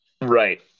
right